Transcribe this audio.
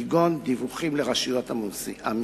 כגון דיווחים לרשות המסים.